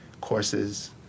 courses